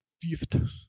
fifth